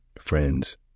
Friends